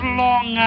long